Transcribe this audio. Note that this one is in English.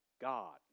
God